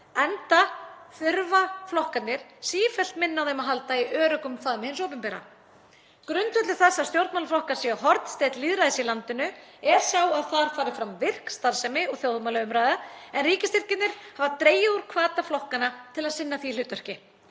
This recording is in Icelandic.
enda þurfa flokkarnir sífellt minna á þeim að halda í öruggum faðmi hins opinbera. Grundvöllur þess að stjórnmálaflokkar séu hornsteinn lýðræðis í landinu er sá að þar fari fram virk starfsemi og þjóðmálaumræða en ríkisstyrkirnir hafa dregið úr hvata flokkanna til að sinna því hlutverki.